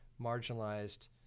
marginalized